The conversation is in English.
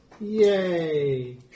yay